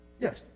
Yes